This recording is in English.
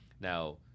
Now